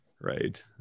right